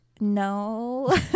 no